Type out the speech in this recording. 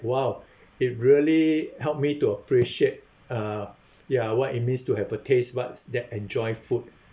!wow! it really helped me to appreciate uh ya what it means to have a taste buds that enjoy food